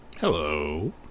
Hello